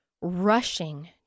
rushing